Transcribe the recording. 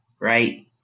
right